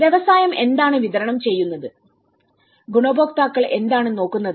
വ്യവസായം എന്താണ് വിതരണം ചെയ്യുന്നത് ഗുണഭോക്താക്കൾ എന്താണ് നോക്കുന്നത്